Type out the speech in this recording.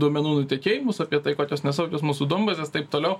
duomenų nutekėjimus apie tai kokios nesaugios mūsų duombazės taip toliau